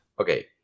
Okay